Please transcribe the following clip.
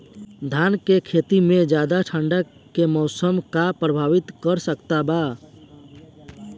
धान के खेती में ज्यादा ठंडा के मौसम का प्रभावित कर सकता बा?